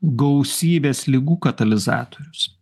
gausybės ligų katalizatorius